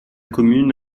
commune